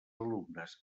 alumnes